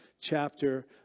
chapter